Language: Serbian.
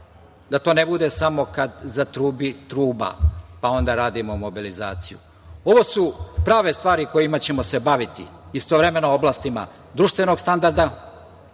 da to ne bude samo kad zatrubi truba, pa onda radimo mobilizaciju. Ovo su prave stvari kojima ćemo se baviti, istovremeno oblastima društvenog standarda,